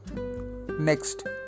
Next